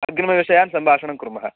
अग्रिमविषयान् सम्भाषणं कुर्मः